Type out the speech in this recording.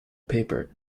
paper